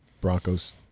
Broncos